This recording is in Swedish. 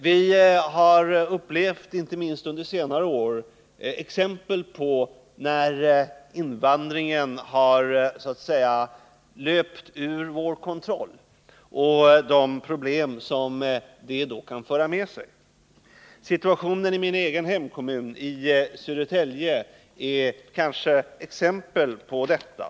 Vi har — inte minst under senare år — fått uppleva exempel på hur invandringen har så att säga löpt ur vår kontroll och vad det i sin tur fört med sig. Situationen i min hemkommun, Södertälje, är kanske ett exempel på detta.